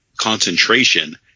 concentration